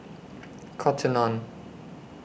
Cotton on